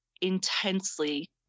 intensely